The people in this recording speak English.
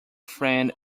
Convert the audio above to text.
friend